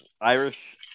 Irish